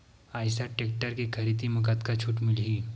Eicher tractor के खरीदी म कतका छूट मिलही?